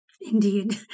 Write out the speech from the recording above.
Indeed